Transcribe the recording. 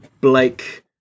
Blake